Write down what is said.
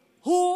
הוא איננו מלך.